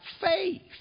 faith